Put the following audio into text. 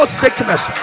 sickness